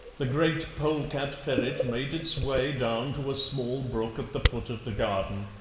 the great polecat-ferret made its way down to a small brook at the foot of the garden,